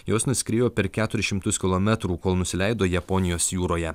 jos nuskriejo per keturis šimtus kilometrų kol nusileido japonijos jūroje